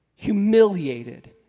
humiliated